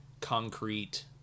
concrete